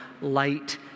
light